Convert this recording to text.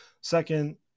Second